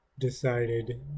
decided